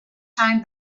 time